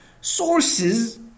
Sources